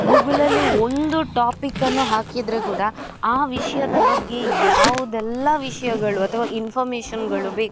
ಗೂಗಲಲ್ಲಿ ಒಂದು ಟಾಪಿಕನ್ನು ಹಾಕಿದರೆ ಕೂಡ ಆ ವಿಷಯದ ಬಗ್ಗೆ ಯಾವುದೆಲ್ಲ ವಿಷಯಗಳು ಅಥವಾ ಇನ್ಫಾರ್ಮೇಶನ್ನುಗಳು ಬೇಕು